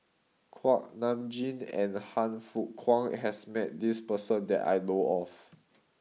Kuak Nam Jin and Han Fook Kwang has met this person that I know of